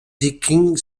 viking